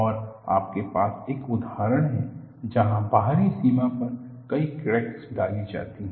और आपके पास एक उदाहरण है जहां बाहरी सीमा पर कई क्रैक्स डाली जाती हैं